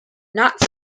not